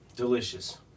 Delicious